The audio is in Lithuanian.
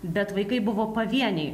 bet vaikai buvo pavieniai